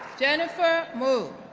jennifer mou,